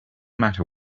matter